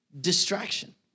distraction